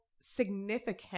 significant